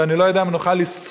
שאני לא יודע אם נוכל לשרוד.